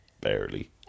Barely